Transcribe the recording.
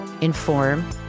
inform